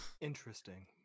Interesting